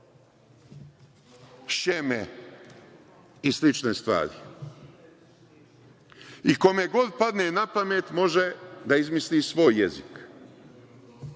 „šjeme“ i slične stvari. I kome god padne na pamet može da izmisli svoj jezik,